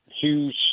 huge